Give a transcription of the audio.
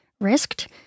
risked